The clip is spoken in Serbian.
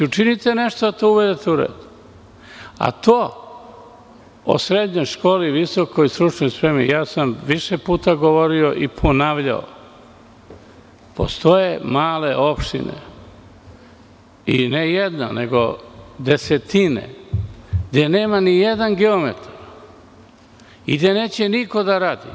Učinite nešto da to uvedite u red, a to o srednjoj školi, visokoj stručnoj spremi, ja sam više puta govorio i ponavljao da postoje male opštine, i ne jedna nego desetine, gde nema ni jedan geometar i gde neće niko da radi.